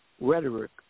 rhetoric